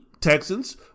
Texans